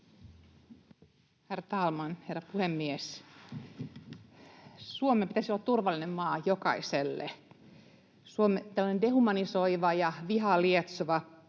Herr talman, herra puhemies! Suomen pitäisi olla turvallinen maa jokaiselle. Tällainen dehumanisoiva ja vihaa lietsova